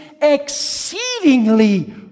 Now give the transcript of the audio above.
exceedingly